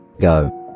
Go